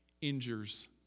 injures